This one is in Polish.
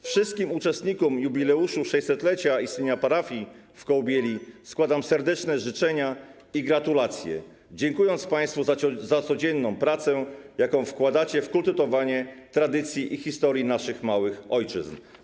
Wszystkim uczestnikom jubileuszu 600-lecia istnienia parafii w Kołbieli składam życzenia i gratulacje, dziękując państwu za codzienną pracę, jaką wkładacie w kultywowanie tradycji i historii naszych małych ojczyzn.